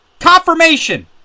Confirmation